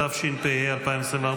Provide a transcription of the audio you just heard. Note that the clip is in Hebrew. התשפ"ה 2024,